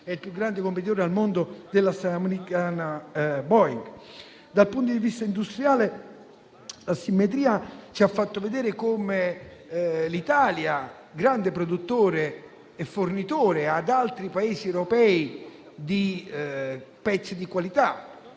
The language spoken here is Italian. è il più grande competitore al mondo dell'americana Boeing. Dal punto di vista industriale, l'asimmetria ci ha fatto vedere come l'Italia sia un grande produttore e fornitore di pezzi di qualità